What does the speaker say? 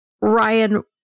Ryan